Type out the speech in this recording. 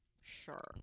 sure